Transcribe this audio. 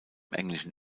englischen